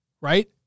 right